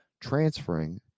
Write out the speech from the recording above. transferring